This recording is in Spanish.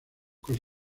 con